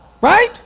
Right